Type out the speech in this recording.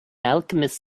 alchemist